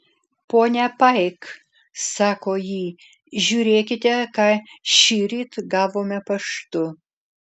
ponia paik sako ji žiūrėkite ką šįryt gavome paštu